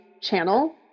channel